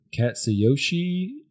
Katsuyoshi